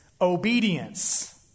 obedience